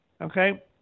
okay